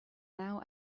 now